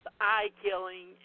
eye-killing